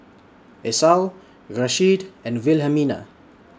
Esau Rasheed and Wilhelmina